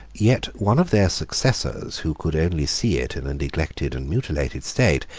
yet one of their successors, who could only see it in a neglected and mutilated state,